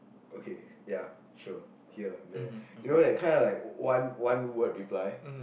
okay ya sure here and there you know that kind of like one one word reply